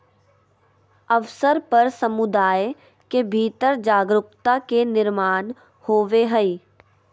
अवसर पर समुदाय के भीतर जागरूकता के निर्माण होबय हइ